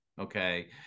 okay